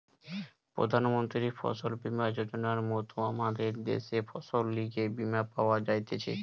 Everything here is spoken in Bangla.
প্রধান মন্ত্রী ফসল বীমা যোজনার মত আমদের দ্যাশে ফসলের লিগে বীমা পাওয়া যাইতেছে